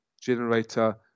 generator